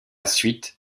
suite